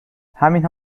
همین